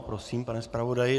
Prosím, pane zpravodaji.